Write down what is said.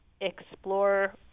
explore